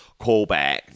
callback